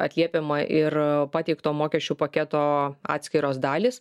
atliepiama ir pateikto mokesčių paketo atskiros dalys